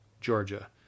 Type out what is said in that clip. Georgia